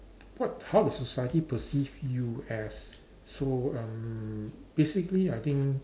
what how do society perceive you as so um basically I think